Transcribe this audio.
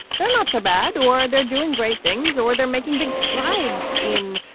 they're not so bad or they're doing great things or they're making big strides in,